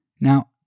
Now